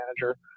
manager